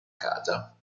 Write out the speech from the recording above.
casa